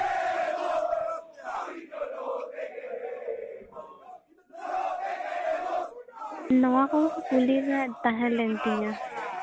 ᱱᱚᱣᱟ ᱠᱚᱜᱮ ᱠᱩᱞᱤ ᱨᱮᱱᱟᱜ ᱛᱟᱦᱮᱸᱞᱮᱱ ᱛᱤᱧᱟᱹ